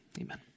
Amen